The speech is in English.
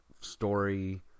story